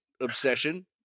obsession